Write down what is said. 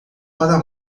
para